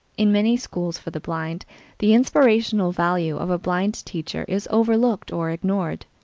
in many schools for the blind the inspirational value of a blind teacher is overlooked or ignored.